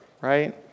right